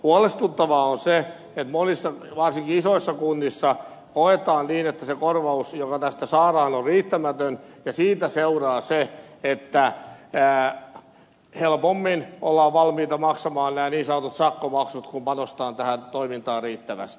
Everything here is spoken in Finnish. huolestuttavaa on se että monissa varsinkin isoissa kunnissa koetaan niin että se korvaus joka tästä saadaan on riittämätön ja siitä seuraa se että helpommin ollaan valmiita maksamaan nämä niin sanotut sakkomaksut kuin panostamaan tähän toimintaan riittävästi